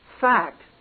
fact